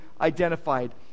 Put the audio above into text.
identified